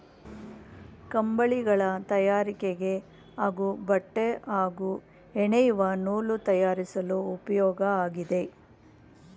ಕಂಬಳಿಗಳ ತಯಾರಿಕೆಗೆ ಹಾಗೂ ಬಟ್ಟೆ ಹಾಗೂ ಹೆಣೆಯುವ ನೂಲು ತಯಾರಿಸಲು ಉಪ್ಯೋಗ ಆಗಿದೆ